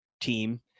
team